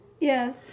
Yes